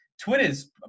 Twitter's